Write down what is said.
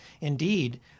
Indeed